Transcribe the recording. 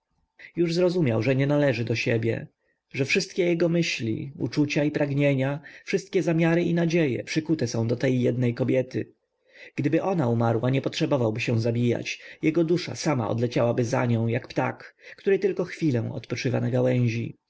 już zrozumiał że nie należy do siebie że wszystkie jego myśli uczucia i pragnienia wszystkie zamiary i nadzieje przykute są do tej jednej kobiety gdyby ona umarła nie potrzebowałby się zabijać jego dusza sama odleciałaby za nią jak ptak który tylko chwilę odpoczywa na gałęzi